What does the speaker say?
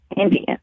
indian